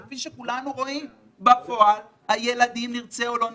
כפי שכולנו רואים בפועל, הילדים, נרצה או לא נרצה,